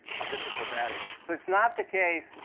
difficult that is. so it's not the case,